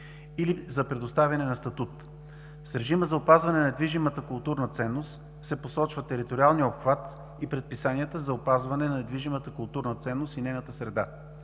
или за предоставяне на статут. С режима за опазване на недвижимата културна ценност се посочва териториалният обхват и предписанията за опазване на недвижимите културни ценности и нейната среда.